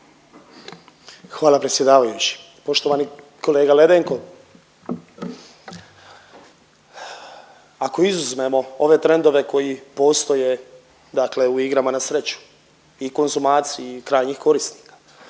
Hvala predsjedavajući. Poštovani kolega Ledenko ako izuzmemo ove trendove koji postoje dakle u igrama na sreću i konzumaciji krajnjih korisnika